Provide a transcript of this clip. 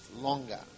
longer